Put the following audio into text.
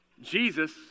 Jesus